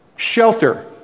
Shelter